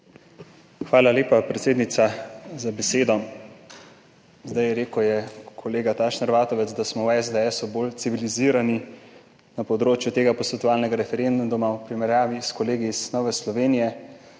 Hvala lepa, predsednica, za besedo. Kolega Tašner Vatovec je rekel, da smo v SDS bolj civilizirani na področju tega posvetovalnega referenduma v primerjavi s kolegi iz Nove Slovenije